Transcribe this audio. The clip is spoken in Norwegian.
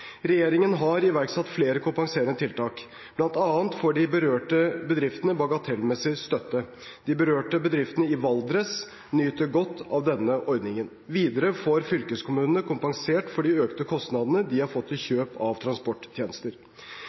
Regjeringen har iverksatt flere kompenserende tiltak. Blant annet får de berørte bedriftene bagatellmessig støtte. De berørte bedriftene i Valdres nyter godt av denne ordningen. Videre får fylkeskommunene kompensert for de økte kostnadene de har fått til kjøp av transporttjenester.